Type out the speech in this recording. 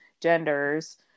genders